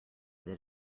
that